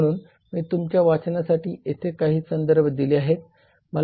म्हणून मी तुमच्या वाचनासाठी येथे काही संदर्भ दिले आहेत